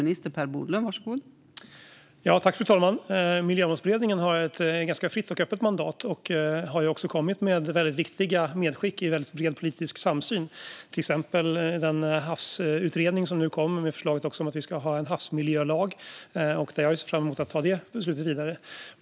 Fru talman! Miljömålsberedningen har ett ganska fritt och öppet mandat. De har också i bred politisk samsyn kommit med väldigt viktiga medskick. Jag tänker till exempel på den havsutredning som nu kom med förslaget om att vi ska ha en havsmiljölag. Jag ser fram emot att ta det beslutet vidare.